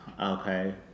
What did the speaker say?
Okay